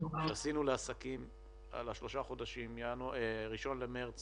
שעשינו לעסקים על שלושה חודשים, מ-1 במארס